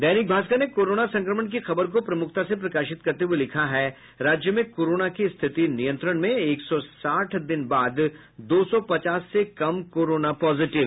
दैनिक भास्कर ने कोरोना संक्रमण की खबर को प्रमुखता से प्रकाशित करते हुये लिखा है राज्य में कोरोना की स्थिति नियंत्रण में एक सौ साठ दिन बाद दो सौ पचास से कम कोरोना पॉजिटिव